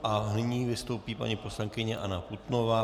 A nyní vystoupí paní poslankyně Anna Putnová.